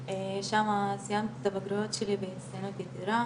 שמה סיימתי את הבגרויות שלי בהצטיינות יתירה,